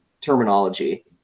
terminology